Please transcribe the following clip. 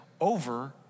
over